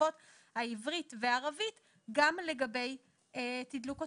בשפות העברית והעברית גם לגבי תדלוק או